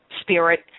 spirit